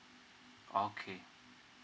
okay